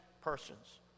persons